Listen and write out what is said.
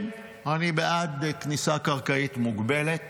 כן, אני בעד כניסה קרקעית מוגבלת